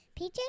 PJ